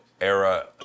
era